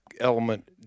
element